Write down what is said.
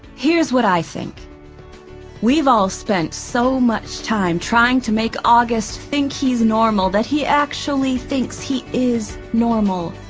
here's what i think we've all spent so much time trying to make august think he's normal that he actually thinks he is normal.